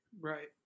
Right